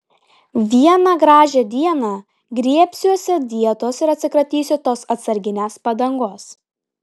vieną gražią dieną griebsiuosi dietos ir atsikratysiu tos atsarginės padangos